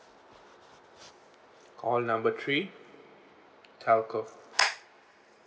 call number three telco